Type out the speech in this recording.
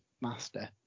master